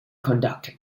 conduct